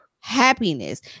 happiness